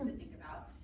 think about.